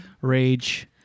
Rage